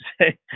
say